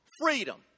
freedom